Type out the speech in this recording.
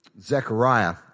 Zechariah